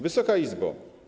Wysoka Izbo!